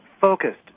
focused